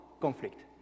conflict